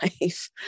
life